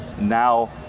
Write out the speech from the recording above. Now